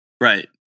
Right